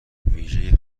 ویژهی